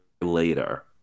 later